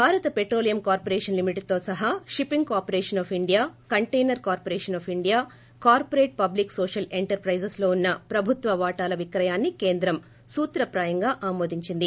భారత petroleum corporation limited తో సహా shipping corporation of India container corporation of India corporate public social ఎంటర్పైజెస్లలో ఉన్న ప్రభుత్వ వాటాల విక్రయాన్ని కేంద్రం సూత్రప్రాయంగా ఆమోదించింది